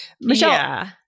Michelle